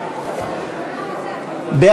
ולשכתו, לשנת התקציב 2015, כהצעת הוועדה, נתקבל.